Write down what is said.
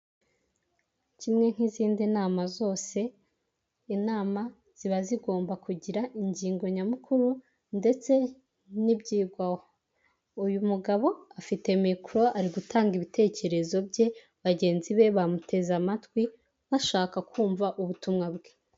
Kimwe nk'izindi nama zose, inama ziba zigomba kugira ingingo nyamukuru ndetse n'ibyigwaho, uyu mugabo afite mikoro ari gutanga ibitekerezo bye, bagenzi be bamuteze amatwi bashaka kumva ubutumwa bwe.